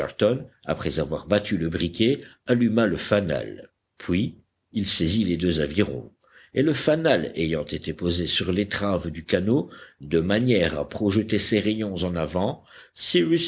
après avoir battu le briquet alluma le fanal puis il saisit les deux avirons et le fanal ayant été posé sur l'étrave du canot de manière à projeter ses rayons en avant